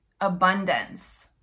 abundance